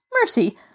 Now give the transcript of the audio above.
Mercy